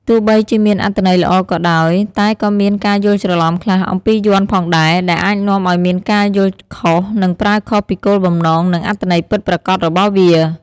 ទោះបីជាមានអត្ថន័យល្អក៏ដោយ តែក៏មានការយល់ច្រឡំខ្លះៗអំពីយ័ន្តផងដែរ ដែលអាចនាំឱ្យមានការយល់ខុស និងប្រើខុសពីគោលបំណង និងអត្ថន័យពិតប្រាកដរបស់វា។